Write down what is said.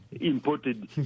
imported